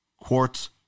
quartz